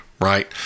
right